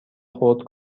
خرد